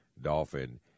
dolphin